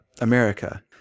America